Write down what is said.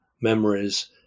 memories